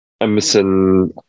Emerson